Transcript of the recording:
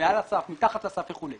זה מעל הסף, מתחת לסף וכולי.